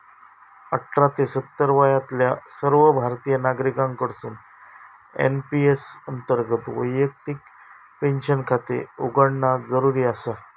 अठरा ते सत्तर वयातल्या सर्व भारतीय नागरिकांकडसून एन.पी.एस अंतर्गत वैयक्तिक पेन्शन खाते उघडणा जरुरी आसा